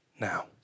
now